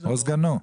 או סגנו.